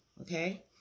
Okay